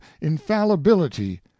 infallibility